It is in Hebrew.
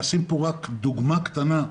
אציג פה רק דוגמה קטנה.